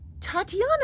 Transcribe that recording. Tatiana